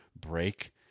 break